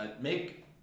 make